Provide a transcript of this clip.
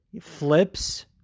flips